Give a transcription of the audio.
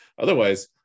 Otherwise